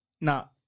Now